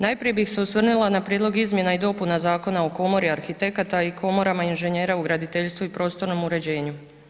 Najprije bih se osvrnula na Prijedlog izmjena i dopuna Zakona o komori arhitekata i komorama inženjera u graditeljstvu i prostorom uređenju.